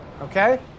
okay